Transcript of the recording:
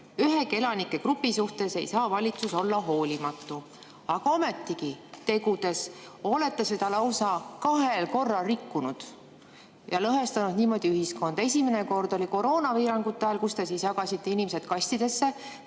ühegi elanike grupi suhtes ei saa valitsus olla hoolimatu. Aga ometi tegudes olete seda lausa kahel korral rikkunud ja lõhestanud niimoodi ühiskonda. Esimene kord oli koroonapiirangute ajal, kui te jagasite inimesed kastidesse